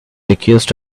accused